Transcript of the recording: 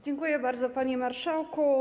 Dziękuję bardzo, panie marszałku.